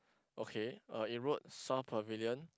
okay uh it wrote South Pavilion